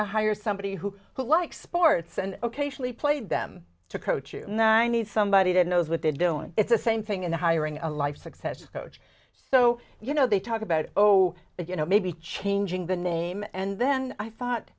to hire somebody who who like sports and occasionally played them to coach you know i need somebody that knows what they're doing it's the same thing in the hiring a life success coach so you know they talk about oh you know maybe changing the name and then i thought